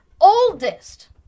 oldest